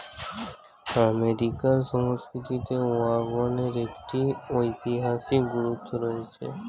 আমেরিকার সংস্কৃতিতে ওয়াগনের একটি ঐতিহাসিক গুরুত্ব রয়েছে